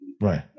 right